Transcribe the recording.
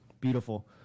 Beautiful